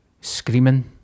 screaming